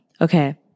okay